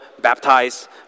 baptize